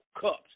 cups